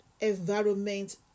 environment